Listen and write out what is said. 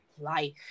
life